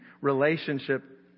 relationship